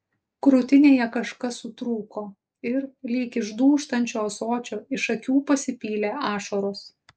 krūtinėje kažkas sutrūko ir lyg iš dūžtančio ąsočio iš akių pasipylė ašaros